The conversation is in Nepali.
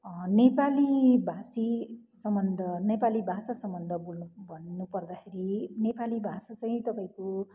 नेपालीभाषी सम्बन्ध नेपाली भाषा सम्बन्ध बोल्नु भन्नुपर्दाखेरि नेपाली भाषा चाहिँ तपाईँको